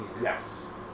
Yes